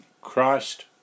Christ